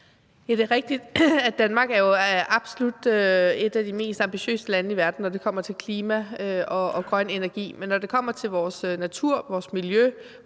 Det er rigtigt, at Danmark er et af de absolut mest ambitiøse lande i verden, når det kommer til klima og grøn energi. Men når det kommer til vores natur, vores miljø,